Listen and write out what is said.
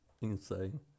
insane